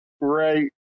Right